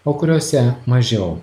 o kuriose mažiau